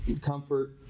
Comfort